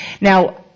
Now